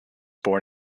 born